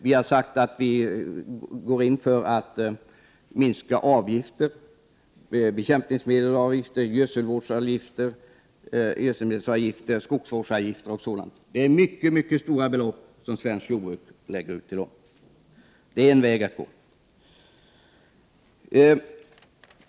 Vi har sagt att man skall gå in för att minska avgifterna — bekämpningsmedelsavgifter, gödselvårdsavgifter, skogsvårdsavgifter, m.m. Det är mycket stora belopp som svenskt jordbruk lägger ut på dessa avgifter i dag. Det är en väg att gå.